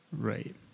Right